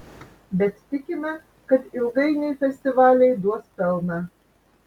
bet tikime kad ilgainiui festivaliai duos pelną